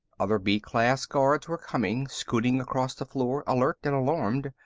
other b-class guards were coming, scooting across the floor, alert and alarmed.